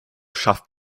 schafft